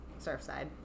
Surfside